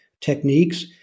techniques